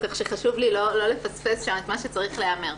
אז כך שחשוב לי לא לפספס שם את מה שצריך להיאמר.